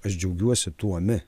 aš džiaugiuosi tuomi